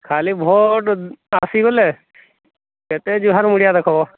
ଖାଲି ଭୋଟ ଆସି ଗଲେ କେତେ ଜୁହାର ମିଳିବ ଦେଖିବ